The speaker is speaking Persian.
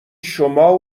شما